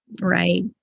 Right